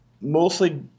mostly